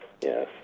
yes